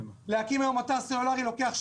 להקים היום אתר סלולרי לוקח שנתיים,